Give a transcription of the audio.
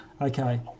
Okay